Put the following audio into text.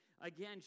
Again